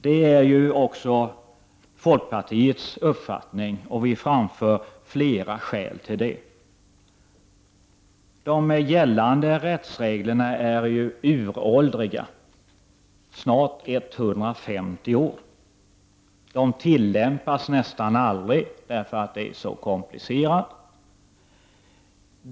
Det är ju också folkpartiets uppfattning och vi framför flera skäl, för de gällande rättsreglerna är uråldriga, snart 150 år. De tillämpas nästan aldrig, eftersom det är så komplicerat.